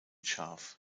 scharf